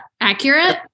accurate